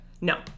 No